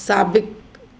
साबिक़ु